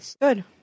good